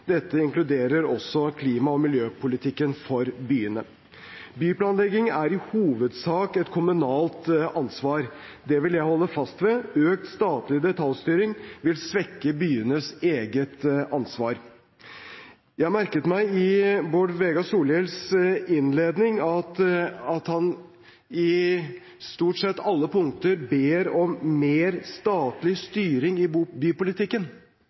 Dette inkluderer også klima- og miljøpolitikken for byene. Byplanlegging er i hovedsak et kommunalt ansvar. Det vil jeg holde fast ved. Økt statlig detaljstyring vil svekke byenes eget ansvar. Jeg merket meg i Bård Vegar Solhjells innledning at han i stort sett alle punkter ber om mer statlig styring i bypolitikken.